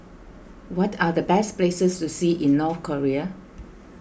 what are the best places to see in North Korea